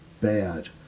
bad